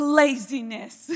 laziness